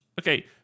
Okay